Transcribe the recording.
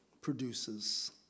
produces